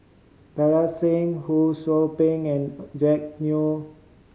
Parga Singh Ho Sou Ping and Jack Neo